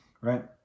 Right